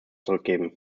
zurückgeben